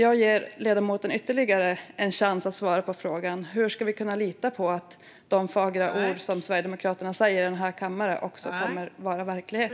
Jag ger ledamoten ytterligare en chans att svara på frågan om hur vi ska kunna lita på att Sverigedemokraternas fagra ord i kammaren också kommer att bli verklighet.